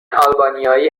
آلبانیایی